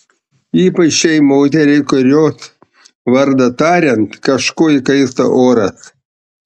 ypač šiai moteriai kurios vardą tariant kažko įkaista oras